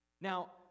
Now